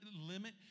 limit